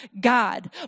God